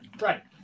Right